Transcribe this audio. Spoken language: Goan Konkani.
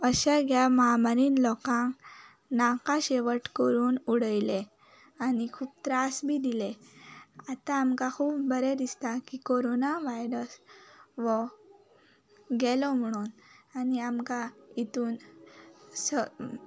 अशें हे महामारेन लोकांक नाकाशेवट करून उडयलें आनी खूब त्रास बीन दिले आतां आमकां खूब बरें दिसता की कोरॉना व्हायरस हो गेलो म्हणोन आनी आमकां हेतूंत स